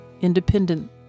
independent